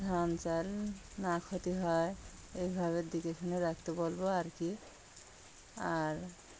ধান চাল না ক্ষতি হয় এইভাবে দেখেশুনে রাখতে বলবো আর কি আর